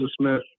Smith